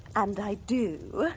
and i do,